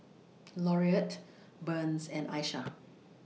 Laurette Burns and Isiah